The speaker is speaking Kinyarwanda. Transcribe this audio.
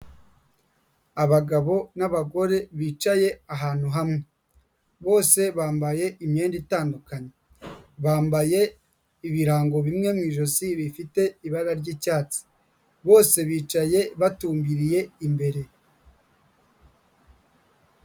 Abagabo n'abagore bicaye ahantu hamwe, bose bambaye imyenda itandukanye, bambaye ibirango bimwe mu ijosi bifite ibara ry'iicyatsi bose bicaye batumbiriye imbere.